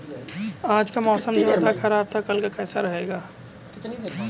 आज का मौसम ज्यादा ख़राब था कल का कैसा रहेगा?